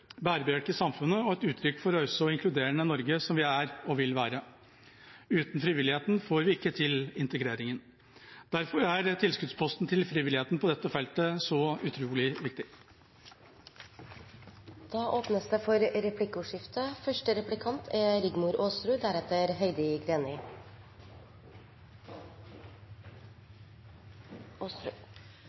bærebjelke i samfunnet og et uttrykk for det rause og inkluderende Norge som vi er og vil være. Uten frivilligheten får vi ikke til integreringen. Derfor er tilskuddspostene til frivilligheten på dette feltet så utrolig viktige. Det blir replikkordskifte.